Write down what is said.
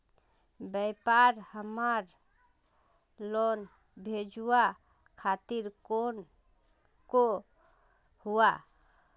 व्यापार हमार लोन भेजुआ तारीख को हुआ?